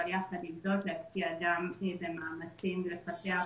אבל יחד עם זאת להשקיע גם במאמצים לפתח